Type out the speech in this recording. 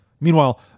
Meanwhile